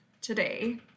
today